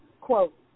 quote